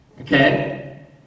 okay